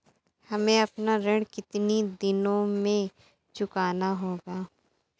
हमें अपना ऋण कितनी दिनों में चुकाना होगा?